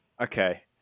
Okay